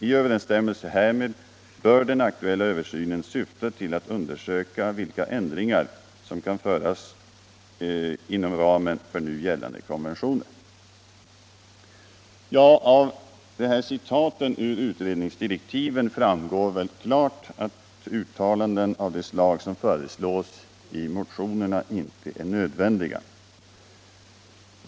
I överensstämmelse härmec bör den aktuella översynen syfta till att undersöka vilka ändringar som kan göras inom ramen för nu gällande konventioner.” Av citaten ur utredningsdirektuven framgår väl klart att uttalanden av det slag som föreslås i motionerna inte är nödvändiga.